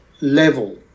level